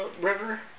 river